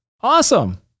Awesome